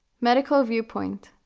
medical viewpoint.